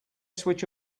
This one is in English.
switch